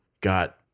got